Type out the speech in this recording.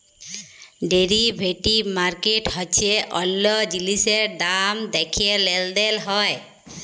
derivative market হচ্যে অল্য জিলিসের দাম দ্যাখে লেলদেল হয়